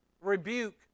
rebuke